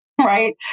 right